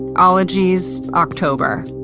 ologies october.